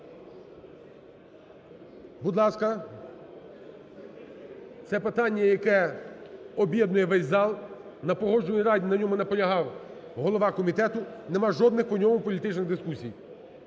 будь ласка. Це питання, яке об'єднує весь зал, на Погоджувальній раді на ньому наполягав голова комітету, нема жодних по ньому політичних дискусій.